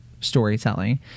storytelling